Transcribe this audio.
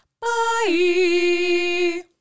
Bye